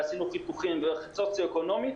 ועשינו חיתוכים וסוציו-אקונומי,